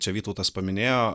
čia vytautas paminėjo